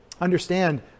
Understand